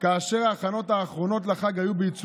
הייתה זו שעה לחוצה,